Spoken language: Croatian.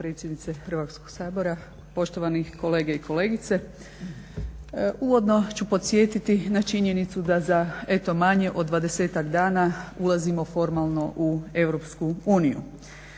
Hrvatskog sabora, poštovani kolegice i kolege. Uvodno ću podsjetiti na činjenicu da za eto manje od dvadesetak dana ulazimo formalno u EU.